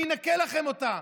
אני אנקה לכם אותה.